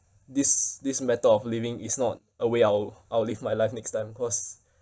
this this matter of living is not a way I'll I'll live my life next time cause